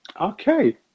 Okay